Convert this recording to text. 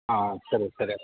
ಹಾಂ ಸರಿ ಸರಿ